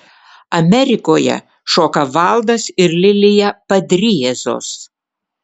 amerikoje šoka valdas ir lilija padriezos